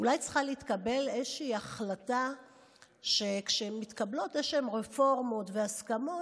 אולי צריכה להתקבל איזושהי החלטה שכשמתקבלות איזשהן רפורמות והסכמות,